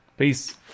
Peace